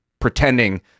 pretending